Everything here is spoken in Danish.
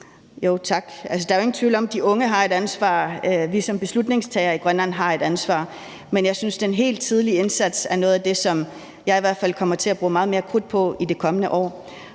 Tak. Der er jo ingen tvivl om, at de unge har et ansvar, og at vi som beslutningstagere i Grønland har et ansvar. Men jeg synes, at den helt tidlige indsats er noget af det, som jeg i hvert fald kommer til at bruge meget mere krudt på i det kommende år.